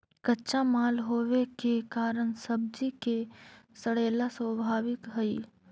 कच्चा माल होवे के कारण सब्जि के सड़ेला स्वाभाविक हइ